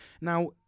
Now